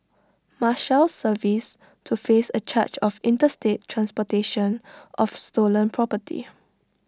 marshals service to face A charge of interstate transportation of stolen property